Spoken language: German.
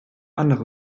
andere